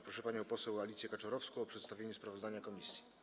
Proszę panią poseł Alicję Kaczorowską o przedstawienie sprawozdania komisji.